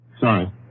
sorry